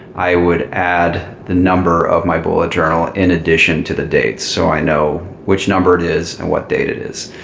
i would add the number of my bullet journal in addition to the dates, so i know which number it is and what date it is.